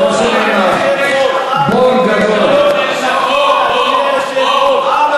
בוא תגיד לי אתה מה המספר שנאמר.